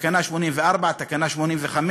תקנה 84, תקנה 85,